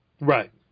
Right